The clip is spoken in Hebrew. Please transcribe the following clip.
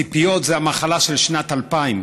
ציפיות זה המחלה של שנת 2000,